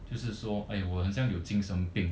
就是说诶我很像有精神病